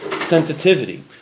sensitivity